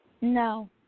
No